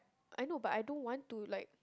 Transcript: I know but I don't want to like